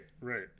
right